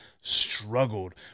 struggled